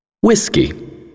Whiskey